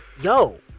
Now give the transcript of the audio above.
yo